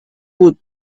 woot